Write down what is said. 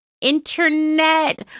internet